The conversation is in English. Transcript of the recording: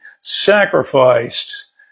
sacrificed